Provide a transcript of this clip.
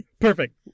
Perfect